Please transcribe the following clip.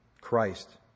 Christ